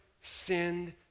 sinned